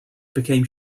became